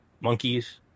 monkeys